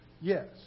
Yes